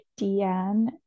dn